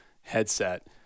headset